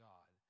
God